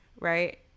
right